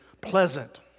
pleasant